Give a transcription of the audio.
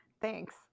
Thanks